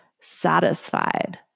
satisfied